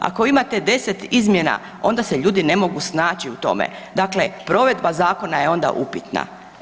Ako vi imate deset izmjena onda se ljudi ne mogu snaći u tome, dakle provedba zakona je onda upitna.